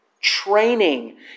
Training